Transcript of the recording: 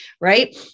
right